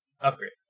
Upgrade